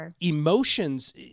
emotions